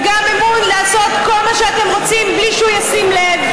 וגם אמון לעשות כל מה שאתם רוצים בלי שהוא ישים לב,